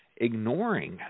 ignoring